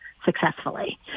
successfully